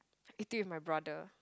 eat it with my brother